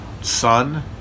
son